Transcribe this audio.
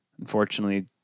unfortunately